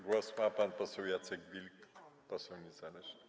Głos ma pan poseł Jacek Wilk, poseł niezależny.